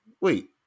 wait